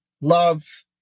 love